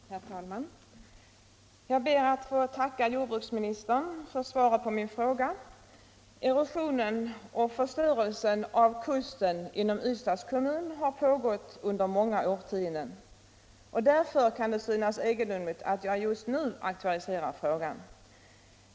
Herr talman! Jag ber att få tacka jordbruksministern för svaret på min fråga. Erosionen och förstörelsen av kusten inom Ystads kommun har pågått under många årtionden, och därför kan det synas egendomligt att jag just nu aktualiserar frågan.